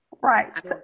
Right